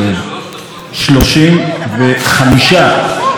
35 הרוגים השנה.